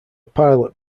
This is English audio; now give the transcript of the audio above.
pilot